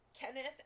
Kenneth